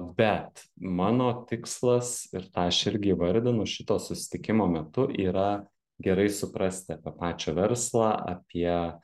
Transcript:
bet mano tikslas ir tą aš irgi įvardinu šito susitikimo metu yra gerai suprasti apie pačio verslą apie